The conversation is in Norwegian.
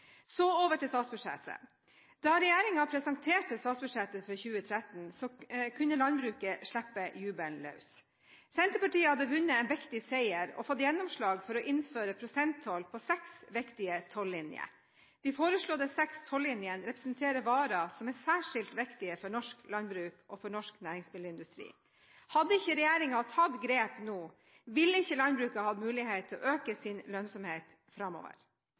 Så over til statsbudsjettet. Da regjeringen presenterte statsbudsjettet for 2013, kunne landbruket slippe jubelen løs. Senterpartiet hadde vunnet en viktig seier og fått gjennomslag for å innføre prosenttoll på seks viktige tollinjer. De foreslåtte seks tollinjene representerer varer som er særskilt viktige for norsk landbruk og for norsk næringsmiddelindustri. Hadde ikke regjeringen tatt grep nå, ville ikke landbruket hatt mulighet til å øke sin lønnsomhet framover.